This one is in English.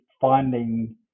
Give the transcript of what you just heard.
finding